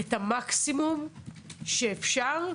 את המקסימום שאפשר.